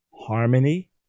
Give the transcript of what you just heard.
Harmony